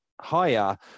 higher